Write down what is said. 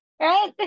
Right